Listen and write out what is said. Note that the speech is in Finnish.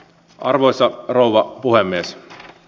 arvoisa rouva puhemies